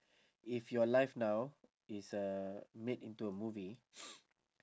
if your life now is uh made into a movie